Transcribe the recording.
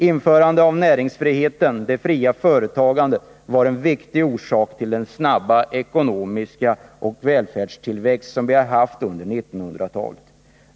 Införandet av näringsfriheten, det fria företagandet, var en viktig orsak till den snabba ekonomiska tillväxt och välfärdstillväxt som vi har haft under 1900-talet.